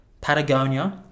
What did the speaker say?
Patagonia